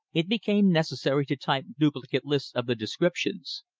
it became necessary to type duplicate lists of the descriptions.